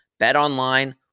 Betonline